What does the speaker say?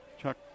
Chuck